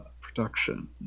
production